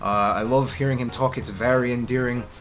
i love hearing him talk, it's very endearing.